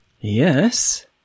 Yes